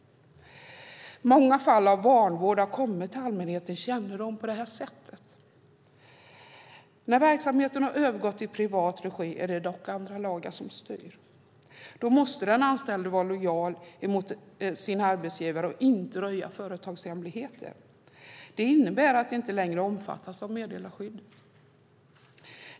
Många fall av vanvård har kommit till allmänhetens kännedom på det sättet. När verksamheten har övergått till privat regi är det dock andra lagar som styr. Då måste den anställde vara lojal mot sin arbetsgivare och inte röja företagshemligheter. Det innebär att de anställda inte längre omfattas av meddelarskyddet.